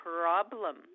problem